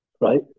right